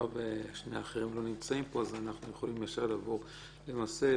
מאחר ושני האחרים לא נמצאים פה אז אנחנו יכולים ישר לעבור לדיון: למעשה,